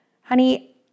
honey